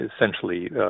essentially